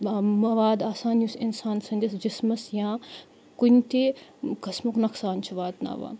مواد آسان یُس اِنسان سٕنٛدِس جِسمَس یا کُنہِ تہِ قٕسمُک نۄقصان چھِ واتناوان